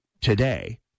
today